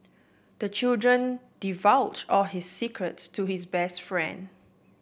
the children divulge all his secrets to his best friend